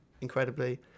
incredibly